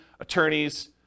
attorneys